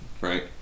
right